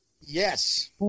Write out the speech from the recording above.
Yes